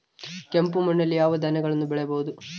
ಕೆಂಪು ಮಣ್ಣಲ್ಲಿ ಯಾವ ಧಾನ್ಯಗಳನ್ನು ಬೆಳೆಯಬಹುದು?